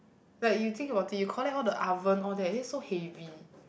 like you think about it you collect all the oven all that then it's so heavy